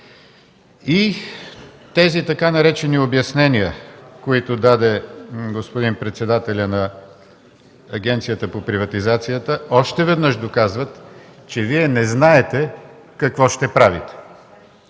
И тези така наречени обяснения, които даде господин председателят на Агенцията по приватизацията, още веднъж доказват, че Вие не знаете какво ще правите.